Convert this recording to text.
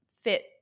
fit